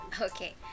okay